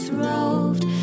roved